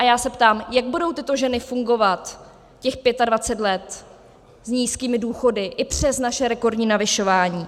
A já se ptám, jak budou tyto ženy fungovat těch 25 let s nízkými důchody i přes naše rekordní navyšování.